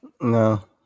no